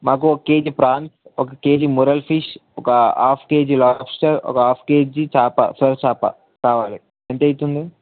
మాకు ఒక KG prawns ఒక కేజీ మురల్ ఫిష్ ఒక హాఫ్ కేజీ లాబ్స్టర్ ఒక హాఫ్ కేజీ చాప సొర చాప కావాలి ఎంత అవుతుంది